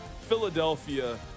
Philadelphia